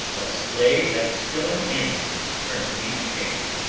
a slave that still an end turns me to shame!